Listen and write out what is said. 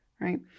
Right